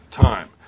time